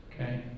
okay